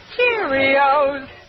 Cheerios